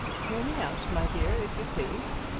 hear me out, my dear, if you please.